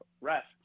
rest